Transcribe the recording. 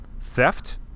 theft